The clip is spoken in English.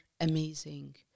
amazing